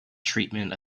treatment